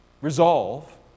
Resolve